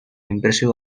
impressive